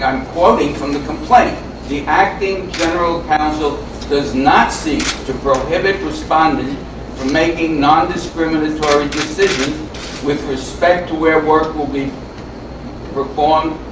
um quoting from the complaint the acting general counsel does not seek to prohibit respondent from making nondiscriminatory decisions with respect to where work will be performed,